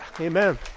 amen